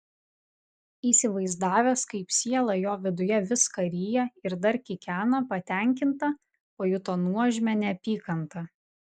įsivaizdavęs kaip siela jo viduje viską ryja ir dar kikena patenkinta pajuto nuožmią neapykantą